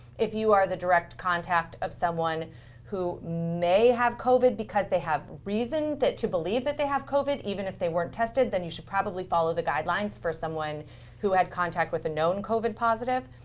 if you are the direct contact of someone who may have covid because they have reason to believe that they have covid, even if they weren't tested, then you should probably follow the guidelines for someone who had contact with a known covid positive.